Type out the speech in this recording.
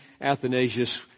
Athanasius